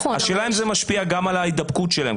השאלה אם זה משפיע גם על ההידבקות שלהם?